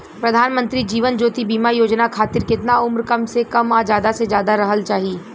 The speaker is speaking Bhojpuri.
प्रधानमंत्री जीवन ज्योती बीमा योजना खातिर केतना उम्र कम से कम आ ज्यादा से ज्यादा रहल चाहि?